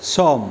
सम